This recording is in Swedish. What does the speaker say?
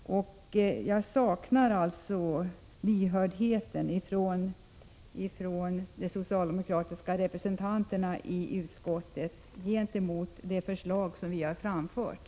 Jag saknar lyhördhet hos de socialdemokratiska representanterna i utskottet gentemot det förslag som vi har framfört.